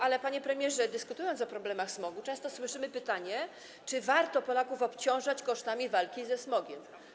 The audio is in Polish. Ale panie premierze, w dyskusjach o problemach smogu często słyszymy pytanie, czy warto Polaków obciążać kosztami walki ze smogiem.